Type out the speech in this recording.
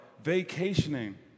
vacationing